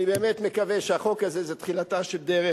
אני באמת מקווה שהחוק הזה הוא תחילתה של דרך.